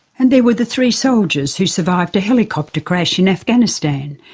and there were the three soldiers who survived a helicopter crash in afghanistan,